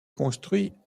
construit